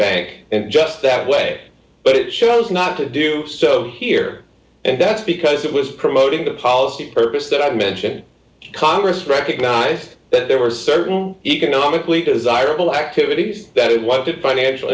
bank and just that way but it shows not to do so here and that's because it was promoting the policy purpose that i mentioned congress recognize that there were certain economically desirable activities that why did financial